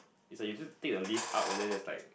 is like you just take the lift up and then there's like